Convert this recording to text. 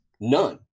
None